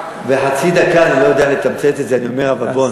אני צריך לדבר אתך אחר